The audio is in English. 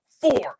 four